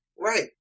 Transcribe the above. Right